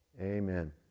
Amen